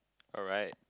alright